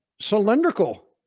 cylindrical